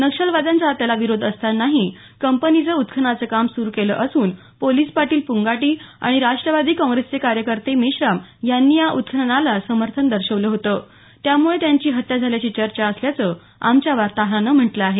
नक्षलवाद्यांचा त्याला विरोध असतानाही कंपनीनं उत्खननाचं काम सुरु केले असून पोलिस पाटील पुंगाटी आणि राष्ट्रवादी काँग्रेसचे कार्यकर्ते मेश्राम यांनी या उत्खननाला समर्थन दर्शवलं होतं त्यामुळे त्यांची हत्या झाल्याची चर्चा असल्याचं आमच्या वार्ताहरानं म्हटलं आहे